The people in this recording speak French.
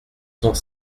cent